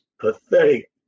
pathetic